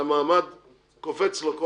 כי המד קופץ כל הזמן,